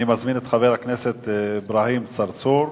אני מזמין את חבר הכנסת אברהים צרצור,